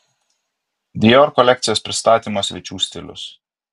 dior kolekcijos pristatymo svečių stilius